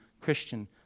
Christian